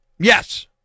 Yes